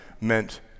meant